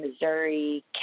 Missouri